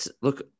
Look